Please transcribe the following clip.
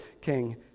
king